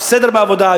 יש סדר בעבודה,